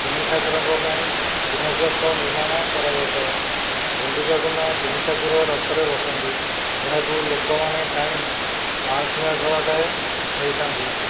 ତିନି ଠାକୁରଙ୍କ ପାଇଁ ତିନୋଟି ରଥ ନିର୍ମାଣ କରାଯାଇଥାଏ ଗୁଣ୍ଡିଚା ଦିନ ତିନି ଠାକୁର ରଥରେ ବସନ୍ତି ଏହାକୁ ଲୋକମାନେ ଟାଣି ମାଉସୀ ମା' ଘର ଯାଏଁ ନେଇଥାଆନ୍ତି